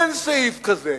אין סעיף כזה.